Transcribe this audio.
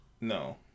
No